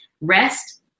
Rest